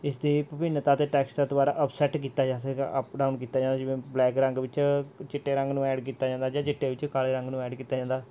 ਇਸ ਦੀ ਵਿਭਿੰਨਤਾ ਅਤੇ ਟੈਕਸਟਾਂ ਦੁਆਰਾ ਅਪਸੈਟ ਕੀਤਾ ਜਾ ਸਕਦਾ ਅਪ ਡਾਊਨ ਕੀਤਾ ਜਾਂਦਾ ਜਿਵੇਂ ਬਲੈਕ ਰੰਗ ਵਿੱਚ ਚਿੱਟੇ ਰੰਗ ਨੂੰ ਐਡ ਕੀਤਾ ਜਾਂਦਾ ਜਾਂ ਚਿੱਟੇ ਵਿੱਚ ਕਾਲੇ ਰੰਗ ਨੂੰ ਐਡ ਕੀਤਾ ਜਾਂਦਾ